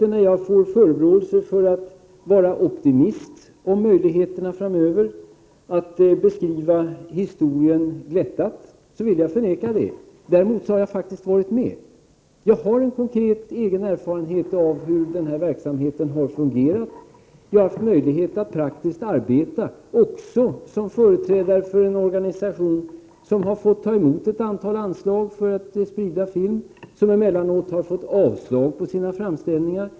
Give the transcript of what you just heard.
När jag får förebråelser för att jag är optimist vad gäller möjligheterna framöver, för att jag beskriver historien glättat, vill jag förneka det. Däremot kan jag säga att jag faktiskt har varit med. Jag har en konkret, egen erfarenhet av hur denna verksamhet har fungerat. Jag har haft möjlighet att praktiskt arbeta också som företrädare för en organisation som har fått ta emot ett antal anslag för att sprida film, och som emellanåt har fått avslag på sina framställningar.